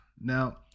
Now